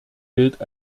gilt